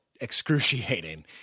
excruciating